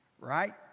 Right